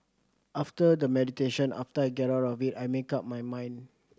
after the meditation after I get out of it I make up my mind